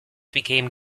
became